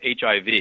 HIV